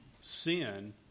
sin